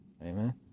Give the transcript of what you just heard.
amen